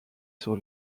sur